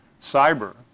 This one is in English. Cyber